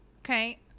okay